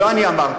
לא אני אמרתי,